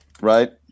Right